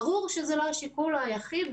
ברור שזה לא השיקול היחיד,